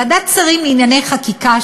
ועדת שרים לענייני חקיקה,